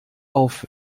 auf